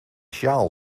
sjaal